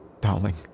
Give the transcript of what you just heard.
darling